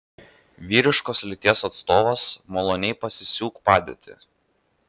vyriškos lyties atstovas maloniai pasisiūk padėti